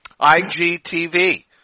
IGTV